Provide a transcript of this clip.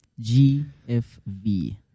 GFV